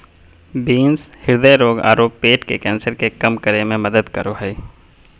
beans हृदय रोग आरो पेट के कैंसर के कम करे में मदद करो हइ